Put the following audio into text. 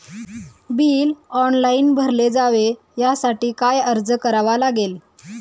Bill online भरले जावे यासाठी काय अर्ज करावा लागेल?